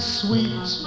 sweet